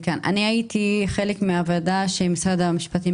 אני הייתי חלק מהוועדה שהקים משרד המשפטים,